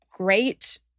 Great